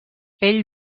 ell